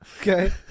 okay